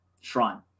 shrine